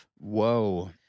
Whoa